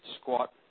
squat